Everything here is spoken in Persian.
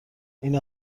این